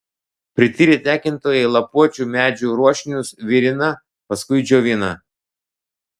prityrę tekintojai lapuočių medžių ruošinius virina paskui džiovina